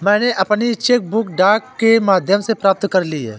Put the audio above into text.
मैनें अपनी cheque book डाक के माध्यम से प्राप्त कर ली है